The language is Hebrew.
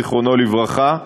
זיכרונו לברכה,